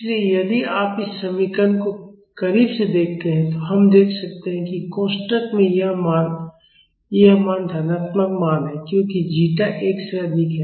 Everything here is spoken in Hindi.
इसलिए यदि आप इस समीकरण को करीब से देखते हैं तो हम देख सकते हैं कि कोष्ठक में यह मान यह मान धनात्मक मान है क्योंकि जीटा 1 से अधिक है